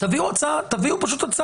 תביאו הצעה מידתית.